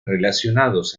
relacionados